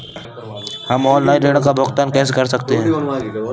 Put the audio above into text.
हम ऑनलाइन ऋण का भुगतान कैसे कर सकते हैं?